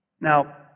Now